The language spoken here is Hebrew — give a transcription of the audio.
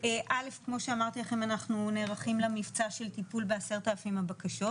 אלף כמו שאמרתי לכם אנחנו נערכים למבצע של טיפול ב-10,000 הבקשות,